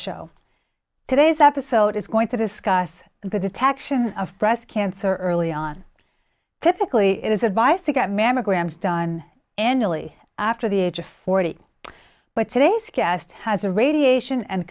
show today's episode is going to discuss the detection of breast cancer early on typically it is advised to get mammograms done annually after the age of forty but today's cast has a radiation and